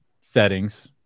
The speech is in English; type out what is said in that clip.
settings